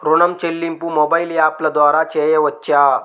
ఋణం చెల్లింపు మొబైల్ యాప్ల ద్వార చేయవచ్చా?